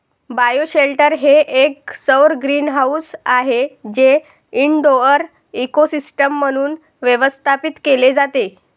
bioshelter हे एक सौर ग्रीनहाऊस आहे जे इनडोअर इकोसिस्टम म्हणून व्यवस्थापित केले जाते